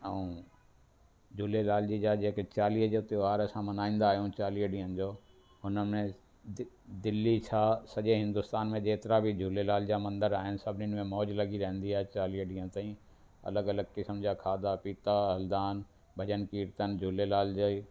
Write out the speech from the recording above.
ऐं झूलेलाल जी जा जेके चालीहे जो त्योहार असां मल्हाईंदा आहियूं चालीह ॾींहंनि जो उन में दि दिल्ली छा सॼे हिंदुस्तान में जेतिरा बि झूलेलाल जा मंदर आहिनि सभिनि में मौज लॻी रहंदी आहे चालीह ॾींहंनि ताईं अलॻि अलॻि क़िस्म जा खाधा पीता हलंदा आहिनि भॼन कीर्तन झूलेलाल जा ई